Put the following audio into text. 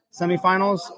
semifinals